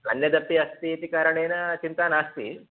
अन्यदपि अस्ति इति कारणेन चिन्ता नास्ति